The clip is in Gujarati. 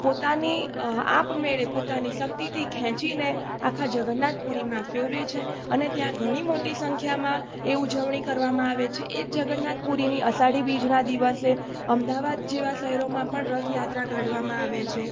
પોતાની આપમેળે પોતાની શક્તિથી ખેંચીને આખા જગન્નાથપુરીમાં ફેરવે છે અને ત્યાં ઘણી મોટી સંખ્યામાં એ ઉજવણી કરવામાં આવે છે એ જગન્નાથપુરીની અષાઢી બીજના દિવસે અમદાવાદ જેવા શહેરોમાં પણ રથયાત્રા કાઢવામાં આવે છે